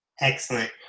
Excellent